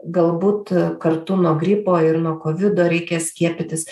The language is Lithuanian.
galbūt kartu nuo gripo ir nuo kovido reikia skiepytis